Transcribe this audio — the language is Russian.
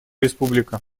республика